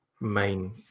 main